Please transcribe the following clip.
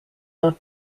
not